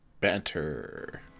banter